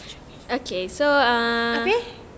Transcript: apa ya